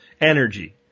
energy